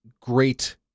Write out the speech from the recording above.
great